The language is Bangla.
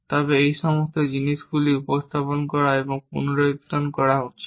তবে এই সমস্ত জিনিসগুলি উপস্থাপন করা এবং পুনরুত্পাদন করা উচিত